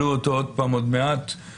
עלה בדיון הקודם הנושא